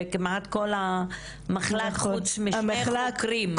כמעט כל המחלק חוץ משני חוקרים --- נכון,